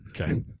okay